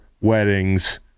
weddings